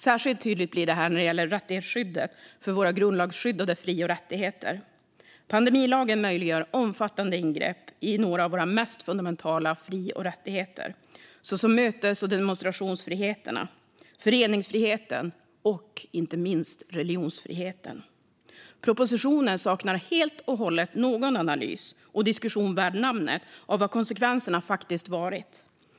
Särskilt tydligt blir detta när det gäller rättighetsskyddet för våra grundlagsskyddade fri och rättigheter. Pandemilagen möjliggör omfattande ingrepp i några av våra mest fundamentala fri och rättigheter, såsom mötes och demonstrationsfriheterna, föreningsfriheten och inte minst religionsfriheten. Propositionen saknar helt och hållet analys och diskussion värd namnet av vad konsekvenserna faktiskt varit.